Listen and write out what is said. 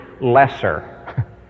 lesser